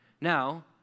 Now